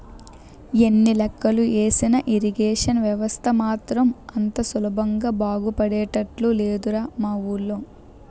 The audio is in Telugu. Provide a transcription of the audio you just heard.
ఎన్ని లెక్కలు ఏసినా ఇరిగేషన్ వ్యవస్థ మాత్రం అంత సులభంగా బాగుపడేటట్లు లేదురా మా వూళ్ళో